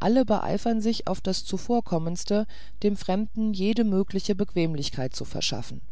alle beeifern sich auf das zuvorkommendste dem fremden jede mögliche bequemlichkeit zu verschaffen